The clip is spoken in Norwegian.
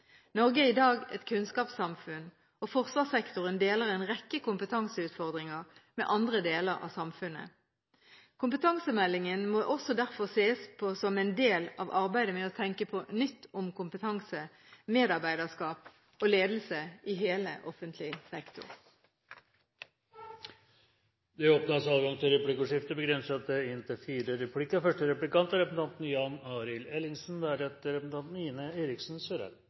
Norge er i dag et kunnskapssamfunn, og forsvarssektoren deler en rekke kompetanseutfordringer med andre deler av samfunnet. Kompetansemeldingen må også derfor ses på som en del av arbeidet med å tenke på nytt om kompetanse, medarbeiderskap og ledelse i hele offentlig sektor. Det blir replikkordskifte. Jeg har et enkelt spørsmål til statsråden: Er statsråden enig i at Stortingets forslag til § 7 i forsvarspersonelloven er